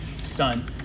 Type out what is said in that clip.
son